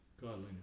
godliness